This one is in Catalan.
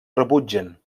rebutgen